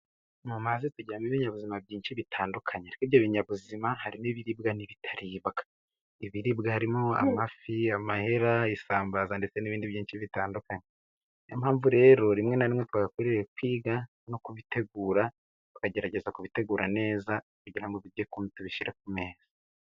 Mu mazi tugiramo ibinyabuzima byinshi bitandukanye, kuko ibyo binyabuzima harimo ibiribwa n'ibitaribwa. Ibiribwa harimo amafi, amahera, isambaza ndetse n'ibindi byinshi bitandukanye. Niyo mpamvu rero rimwe na rimwe twagakwiriye kwiga no kubitegura, tukagerageza kubitegura neza, kugira ngo twige ukuntu tubishyira ku meza.